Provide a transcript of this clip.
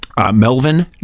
Melvin